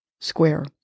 square